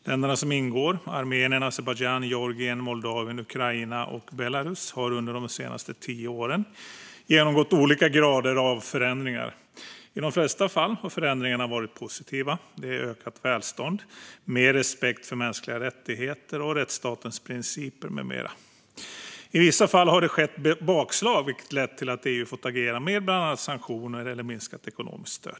Länderna som ingår - Armenien, Azerbajdzjan, Georgien, Moldavien, Ukraina och Belarus - har under de senaste tio åren genomgått olika grader av förändringar. I de flesta fall har förändringarna varit positiva. Det handlar om ökat välstånd, mer respekt för mänskliga rättigheter och rättsstatens principer med mera. I vissa fall har det skett bakslag, vilket lett till att EU har fått agera med bland annat sanktioner eller minskat ekonomiskt stöd.